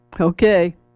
Okay